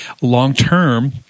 long-term